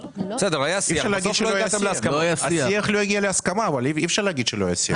השיח לא הגיע להסכמה אבל אי אפשר להגיד שלא היה שיח.